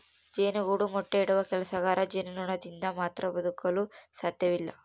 ಜೇನುಗೂಡು ಮೊಟ್ಟೆ ಇಡುವ ಕೆಲಸಗಾರ ಜೇನುನೊಣದಿಂದ ಮಾತ್ರ ಬದುಕಲು ಸಾಧ್ಯವಿಲ್ಲ